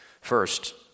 First